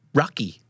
rocky